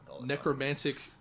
necromantic